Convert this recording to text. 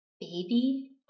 baby